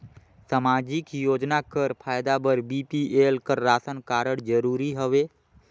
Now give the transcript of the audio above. समाजिक योजना कर फायदा बर बी.पी.एल कर राशन कारड जरूरी हवे?